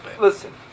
Listen